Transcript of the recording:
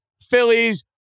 Phillies